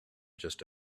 just